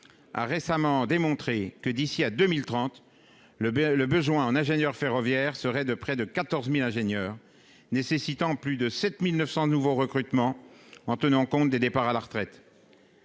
a récemment démontré que, d'ici à 2030 le le besoin en ingénieur ferroviaire serait de près de 14000 ingénieurs nécessitant plus de 7900 nouveaux recrutements en tenant compte des départs à la retraite,